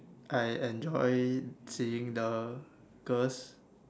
I enjoyed seeing the girls